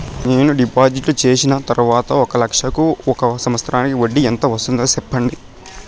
నేను డిపాజిట్లు చేసిన తర్వాత ఒక లక్ష కు ఒక సంవత్సరానికి వడ్డీ ఎంత వస్తుంది? సెప్పండి?